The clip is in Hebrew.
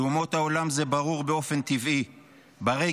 לאומות העולם זה ברור באופן טבעי ברגש,